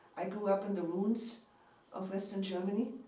i grew up in the ruins of western germany.